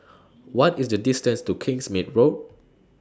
What IS The distance to Kingsmead Road